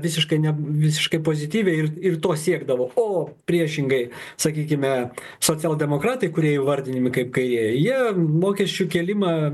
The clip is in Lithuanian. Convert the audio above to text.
visiškai ne visiškai pozityviai ir ir to siekdavo o priešingai sakykime socialdemokratai kurie įvardinami kaip kai jie mokesčių kėlimą